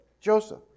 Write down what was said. Joseph